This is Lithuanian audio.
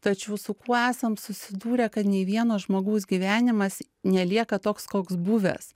tačiau su kuo esam susidūrę kad nei vieno žmogaus gyvenimas nelieka toks koks buvęs